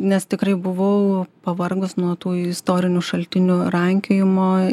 nes tikrai buvau pavargus nuo tų istorinių šaltinių rankiojimo